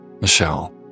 Michelle